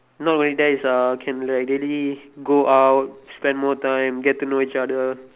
not going there is uh can like really go out spend more time get to know each other